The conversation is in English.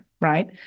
right